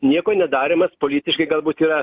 nieko nedarymas politiškai galbūt yra